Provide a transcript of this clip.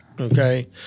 okay